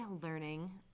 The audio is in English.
learning